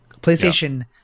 PlayStation